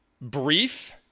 brief